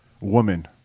woman